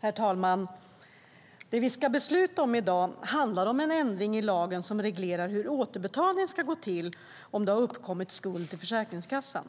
Herr talman! Det vi ska besluta om i dag handlar om en ändring i lagen som reglerar hur återbetalning ska gå till om det uppkommit skuld till Försäkringskassan.